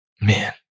Man